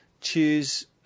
choose